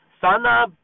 Sana